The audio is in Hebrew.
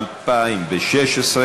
התשע"ו 2016,